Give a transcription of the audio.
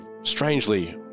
strangely